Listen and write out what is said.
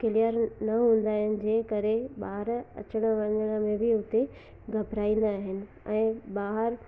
clear न हूंदा आहिनि जंहिं करे ॿार अचण वञण में बि हुते घबराईंदा आहिनि ऐं ॿाहिरि